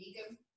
Vegan